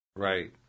Right